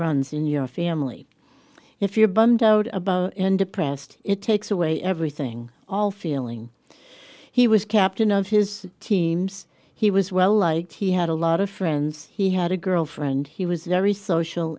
runs in your family if you're bundled about and depressed it takes away everything all feeling he was captain of his teams he was well liked he had a lot of friends he had a girlfriend he was very social